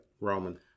Roman